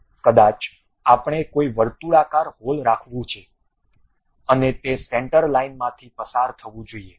કદાચ આપણે કોઈ વર્તુળાકાર હોલ રાખવું છે અને તે સેન્ટર લાઈન માંથી પસાર થવું જોઈએ